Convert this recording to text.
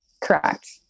Correct